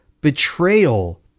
betrayal